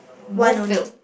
both filled